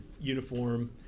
uniform